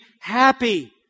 happy